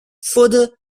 further